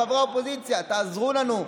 חברי האופוזיציה: תעזרו לנו,